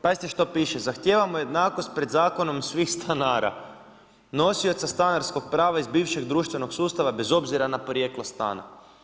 Pazite što piše, zahtijevamo jednakost pred zakonom svih stanara, nosioca stanarskog prava iz bivšeg društvenog sustava bez obzira na porijeklo stana.